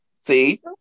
See